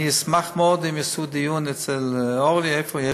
אני אשמח מאוד אם יעשו דיון אצל אורלי, איפה היא?